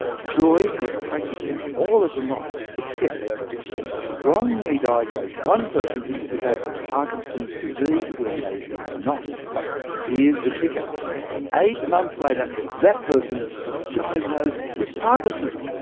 joy got practically all of them right except she wrongly diagnosed one person to have parkinson's disease when they did not. but here's the kicker eight months later, that person was diagnosed with parkinson's.